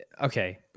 okay